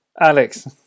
Alex